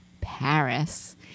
Paris